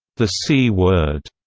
the c word,